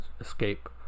escape